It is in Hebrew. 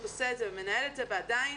עושה את זה ומנהל את זה אבל עדיין,